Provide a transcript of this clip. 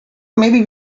maybe